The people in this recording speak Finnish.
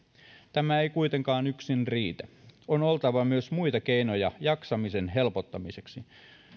tämä ei kuitenkaan yksin riitä on oltava myös muita keinoja jaksamisen helpottamiseksi